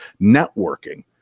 Networking